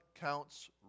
counts